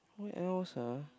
what else ah